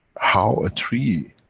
how a tree,